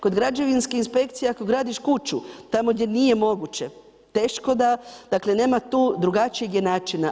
Kod građevinske inspekcije ako gradiš kuću tamo gdje nije moguće teško da, dakle nema tu drugačijeg načina.